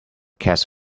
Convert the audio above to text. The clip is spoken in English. cats